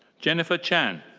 jennifer chan.